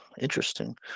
interesting